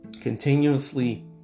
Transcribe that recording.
Continuously